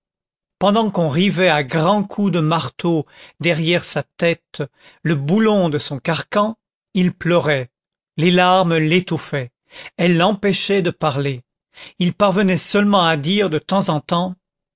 pendant qu'on rivait à grands coups de marteau derrière sa tête le boulon de son carcan il pleurait les larmes l'étouffaient elles l'empêchaient de parler il parvenait seulement à dire de temps en temps